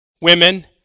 women